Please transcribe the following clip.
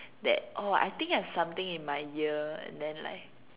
that oh I think I've something in my ear and then like